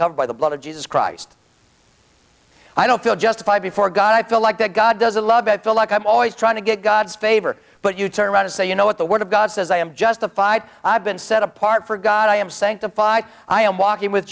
covered by the blood of jesus christ i don't feel justified before god i feel like that god doesn't love and feel like i'm always trying to get god's favor but you turn around and say you know what the word of god says i am justified i've been set apart for god i am saying to five i am walking with